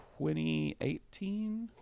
2018